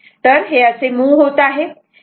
तर हे असे मूव्ह होत आहे